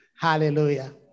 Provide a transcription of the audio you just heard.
hallelujah